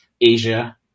Asia